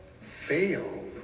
fail